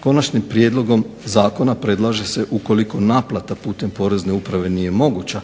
Konačnim prijedlogom zakona predlaže se ukoliko naplata putem Porezne uprave nije moguća